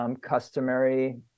customary